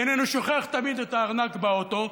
ואיננו שוכח תמיד את הארנק באוטו,